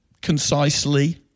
concisely